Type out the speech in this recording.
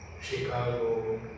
Chicago